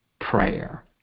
prayer